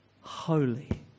holy